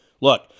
Look